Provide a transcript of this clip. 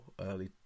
early